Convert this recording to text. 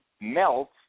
melt